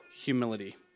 humility